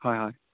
ꯍꯣꯏ ꯍꯣꯏ